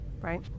Right